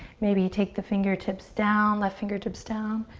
maybe take the fingertips down, left fingertips down.